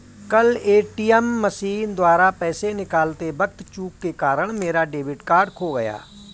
कल ATM machine द्वारा पैसे निकालते वक़्त चूक के कारण मेरा डेबिट कार्ड खो गया